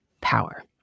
power